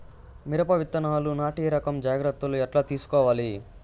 మిరప విత్తనాలు నాటి రకం జాగ్రత్తలు ఎట్లా తీసుకోవాలి?